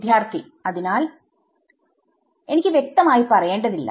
വിദ്യാർത്ഥി അതിനാൽ എനിക്ക് വ്യക്തമായി പറയേണ്ടതില്ല